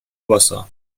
баса